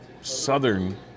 southern